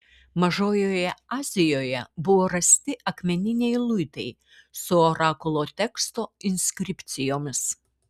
mažojoje azijoje buvo rasti akmeniniai luitai su orakulo teksto inskripcijomis